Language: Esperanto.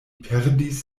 perdis